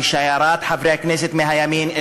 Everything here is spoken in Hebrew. ושיירת חברי הכנסת מהימין,